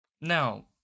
Now